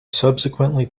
subsequently